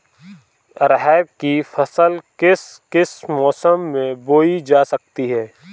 अरहर की फसल किस किस मौसम में बोई जा सकती है?